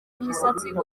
imisatsi